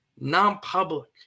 non-public